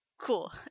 cool